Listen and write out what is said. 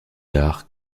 arts